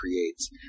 creates